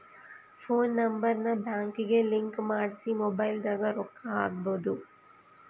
phone number ನ ಬ್ಯಾಂಕಿಗೆ link ಮಾಡ್ಸಿ ಮೊಬೈಲದಾಗ ರೊಕ್ಕ ಹಕ್ಬೊದು